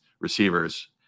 receivers